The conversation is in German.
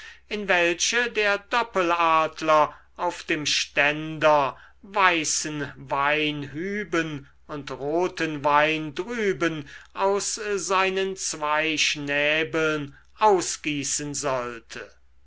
in welche der doppeladler auf dem ständer weißen wein hüben und roten wein drüben aus seinen zwei schnäbeln ausgießen sollte